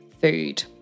food